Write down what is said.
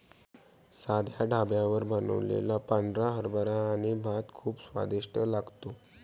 साध्या ढाब्यावर बनवलेला पांढरा हरभरा आणि भात खूप स्वादिष्ट लागतो